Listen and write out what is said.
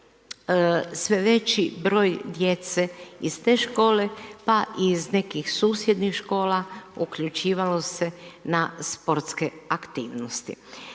sve veći broj djece iz te škole pa i iz nekih susjednih škola uključivalo se na sportske aktivnosti.